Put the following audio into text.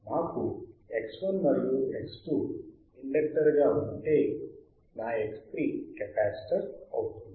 నాకు X1 మరియు X2 inductor గా ఉంటే నా X3 కెపాసిటర్ అవుతుంది